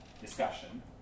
discussion